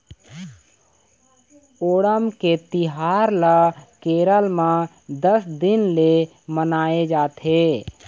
ओणम के तिहार ल केरल म दस दिन ले मनाए जाथे